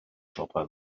siopa